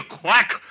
quack